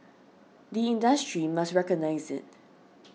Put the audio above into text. the industry must recognise it